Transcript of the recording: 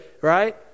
right